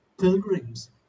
pilgrims